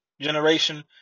generation